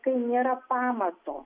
kai nėra pamato